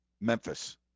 Memphis